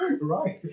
Right